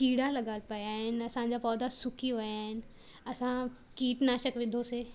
कीड़ा लॻियलु पिया आहिनि असांजा पौधा सुकी विया आहिनि असां कीटनाशक विधोसीं